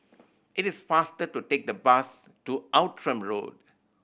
it is faster to take the bus to Outram Road